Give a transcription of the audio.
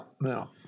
No